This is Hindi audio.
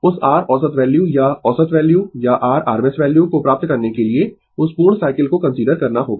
उस r औसत वैल्यू या औसत वैल्यू या r RMS वैल्यू को प्राप्त करने के लिए उस पूर्ण साइकिल को कंसीडर करना होगा